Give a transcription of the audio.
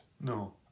No